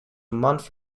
month